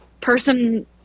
person